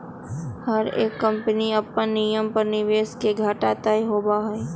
हर एक कम्पनी के अपन नियम पर निवेश के घाटा तय होबा हई